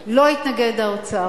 אפילו לא התנגד האוצר.